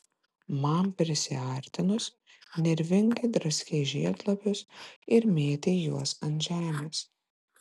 man prisiartinus nervingai draskei žiedlapius ir mėtei juos ant žemės